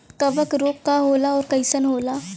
कवक रोग का होला अउर कईसन होला?